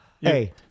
Hey